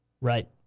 Right